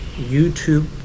YouTube